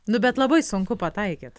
nu bet labai sunku pataikyt